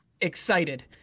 excited